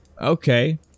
okay